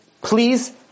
please